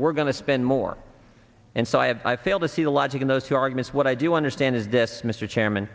we're going to spend more and so i have i fail to see the logic in those who argue it's what i do understand is this mr chairman